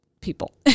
people